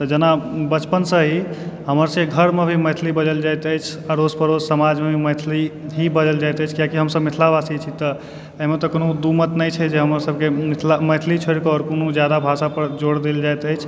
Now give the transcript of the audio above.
जेना बचपन से ही हमर सबके घरमे भी मैथिली बजल जाइत अछि आस पड़ोस समाजमे भी मैथिली ही बाजल जाइत अछि किआकि हमसब मिथिलवासी छी तऽ एहिमे तऽ कोनो दू मत नहि छै जे हमर सबके मिथिलामे मैथिली छोड़िके आओर कोनो जादा भाषा पर जोर देल जाइत अछि